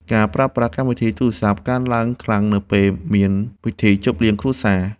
ការប្រើប្រាស់កម្មវិធីទូរសព្ទ កើនឡើងខ្លាំងនៅពេលមានពិធីជប់លៀងគ្រួសារ។